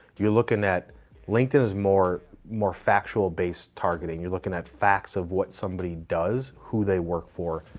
you're looking at linkedin is more more factual based targeting. you're looking at facts of what somebody does, who they work for.